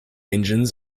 engines